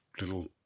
little